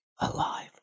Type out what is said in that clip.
alive